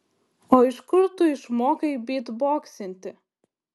o iš kur tu išmokai bytboksinti